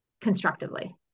constructively